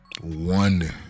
one